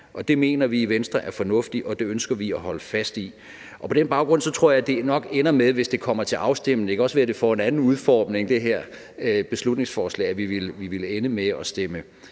det mener vi i Venstre er fornuftigt, og det ønsker vi at holde fast i. På den baggrund tror jeg, at vi, hvis det kommer til afstemning – det kan også være, det her beslutningsforslag får en anden udformning – vil ende med at stemme